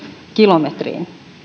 kilometriä